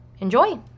Enjoy